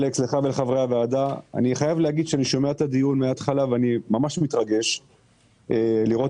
אני שומע את הדיון מההתחלה ואני ממש מתרגש לראות